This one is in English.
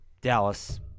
Dallas